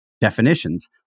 definitions